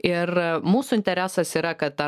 ir mūsų interesas yra kad ta